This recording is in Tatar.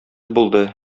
булды